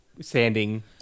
sanding